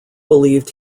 believed